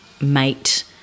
mate